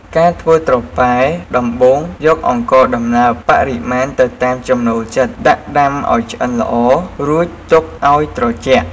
ការធ្វើត្រប៉ែ ដំបូងយកអង្ករដំណើប បរិមាណទៅតាមចំណូលចិត្ត ដាក់ដាំឱ្យឆ្អិនល្អ រួចទុកឱ្យត្រជាក់។